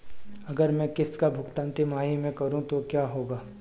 अगर मैं किश्त का भुगतान तिमाही में करूं तो क्या होगा?